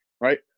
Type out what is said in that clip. Right